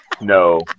No